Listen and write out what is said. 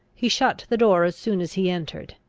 he shut the door as soon as he entered